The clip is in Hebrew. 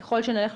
ככל שנלך,